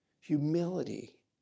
humility